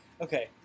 Okay